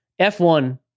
F1